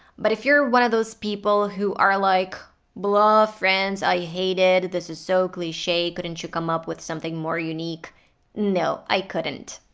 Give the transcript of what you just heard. but if you're one of those people who are like blah friends, i hate it. this is so cliche. couldn't you come up with something more unique no, i couldn't.